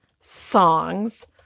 songs